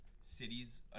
cities